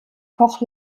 koch